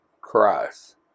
Christ